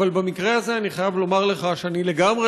אבל במקרה הזה אני חייב לומר לך שאני לגמרי